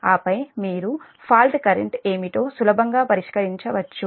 ఆపై మీరు fault current ఏమిటో సులభంగా పరిష్కరించవచ్చు